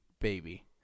baby